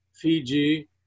Fiji